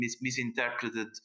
misinterpreted